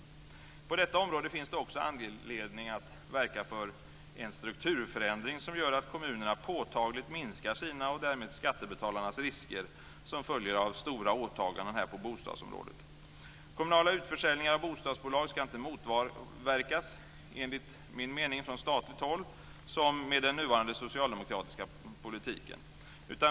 På detta område finns det också anledning att verka för en strukturförändring som gör att kommunerna påtagligt minskar sina, och därmed skattebetalarnas, risker, vilka följer av stora åtaganden på bostadsområdet. Kommunala utförsäljningar av bostadsbolag ska inte, enligt min mening, motverkas från statligt håll, som sker med den nuvarande socialdemokratiska politiken.